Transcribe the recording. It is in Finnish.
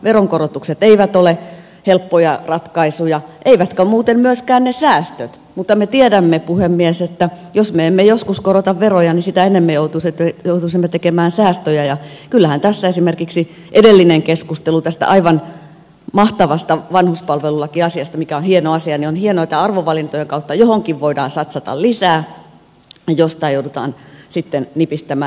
veronkorotukset eivät ole helppoja ratkaisuja eivätkä muuten myöskään ne säästöt mutta me tiedämme puhemies että jos me emme joskus korota veroja niin sitä enemmän joutuisimme tekemään säästöjä ja kyllähän tässä liittyen esimerkiksi edelliseen keskusteluun tästä aivan mahtavasta vanhuspalvelulakiasiasta mikä on hieno asia on hienoa että arvovalintojen kautta johonkin voidaan satsata lisää jostain joudutaan sitten nipistämään